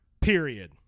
Period